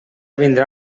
vindrà